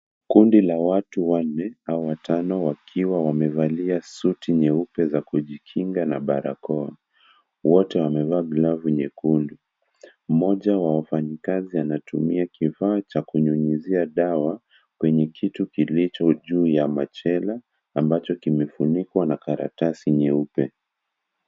Kundi la watu wanne au watano, wakiwa wamevalia suti nyeupe za kujikinga na barakoa. Wote wamevaa glovu nyekundu. Mmoja wa wafanyikazi, anatumia kifaa cha kunyunyuzia dawa, kwenye kitu kilicho juu ya machela, ambacho kimefunikwa na karatasi nyeupe.